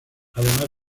además